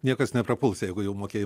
niekas neprapuls jeigu jau mokėjai